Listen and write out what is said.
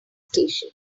station